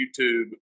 YouTube